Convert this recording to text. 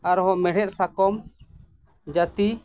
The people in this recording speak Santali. ᱟᱨᱦᱚᱸ ᱢᱮᱬᱦᱮᱫ ᱥᱟᱠᱚᱢ ᱡᱟᱹᱛᱤ